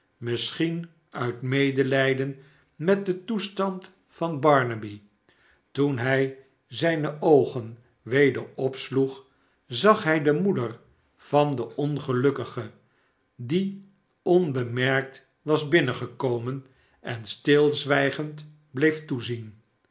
misschien uit medelijden met den toestand van barnaby toen hij zijne oogen weder opsloeg zag hij de rnoeder van den ongelukkige die onbemerkt was binnengekomen en stilzwijgend bleef toezien